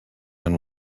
and